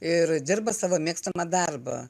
ir dirba savo mėgstamą darbą